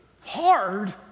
hard